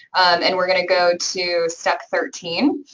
and we're gonna go to step thirteen,